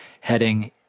heading